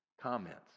comments